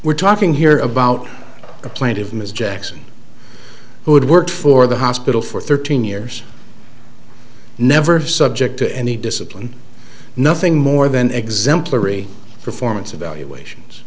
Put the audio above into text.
we're talking here about a plaintive ms jackson who had worked for the hospital for thirteen years never subject to any discipline nothing more than exemplary performance evaluations